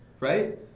Right